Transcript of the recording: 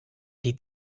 die